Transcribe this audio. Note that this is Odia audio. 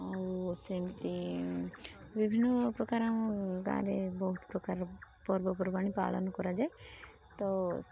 ଆଉ ସେମିତି ବିଭିନ୍ନ ପ୍ରକାର ଆମ ଗାଁରେ ବହୁତ ପ୍ରକାରର ପର୍ବପର୍ବାଣି ପାଳନ କରାଯାଏ ତ